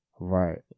right